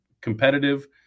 competitive